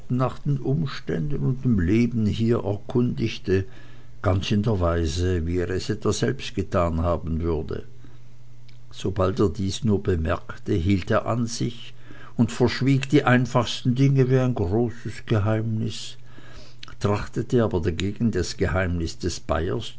nach den umständen und dem leben hier erkundigte ganz in der weise wie er es etwa selbst getan haben würde sobald er dies nur bemerkte hielt er an sich und verschwieg die einfachsten dinge wie ein großes geheimnis trachtete aber dagegen das geheimnis des bayers